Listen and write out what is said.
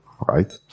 right